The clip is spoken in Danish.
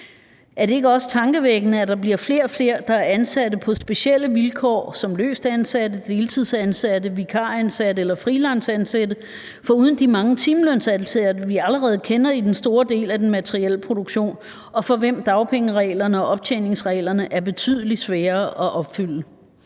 Er det ikke også tankevækkende, at der bliver flere og flere, der er ansat på specielle vilkår som løstansatte, deltidsansatte, vikaransatte eller freelanceansatte, foruden de mange timelønsansatte, vi allerede kender i den store del af den materielle produktion, og for hvem dagpengereglerne og optjeningsreglerne er betydelig sværere at opfylde?